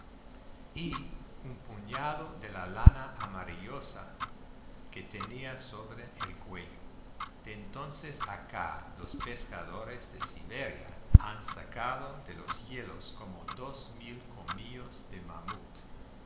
un puñado de la lana amarillosa que tenía sobre el cuello de entonces acá los pescadores de siberia han sacado de los hielos como dos mil colmillos de mamut